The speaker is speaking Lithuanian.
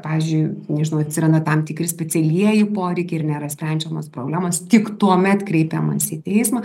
pavyzdžiui nežinau atsiranda tam tikri specialieji poreikiai ir nėra sprendžiamos problemos tik tuomet kreipiamasi į teismą